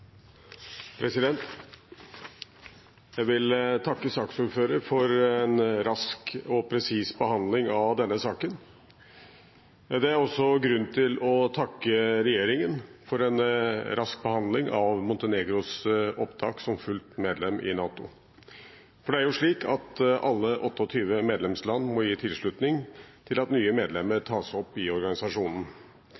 Jeg vil takke saksordføreren for en rask og presis behandling av denne saken. Det er også grunn til å takke regjeringen for en rask behandling av opptaket av Montenegro som fullt medlem i NATO, for det er jo slik at alle 28 medlemsland må gi tilslutning til at nye medlemmer